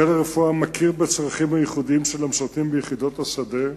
חיל הרפואה מכיר בצרכים הייחודיים של המשרתים ביחידות השדה,